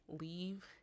leave